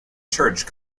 church